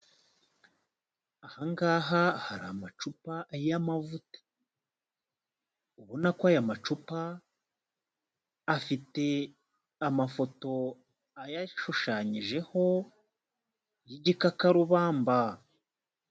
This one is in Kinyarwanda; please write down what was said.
Aha ngaha hari amacupa y'amavuta, ubona ko aya macupa afite amafoto ayashushanyijeho y'igikakarubamba.